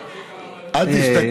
אה?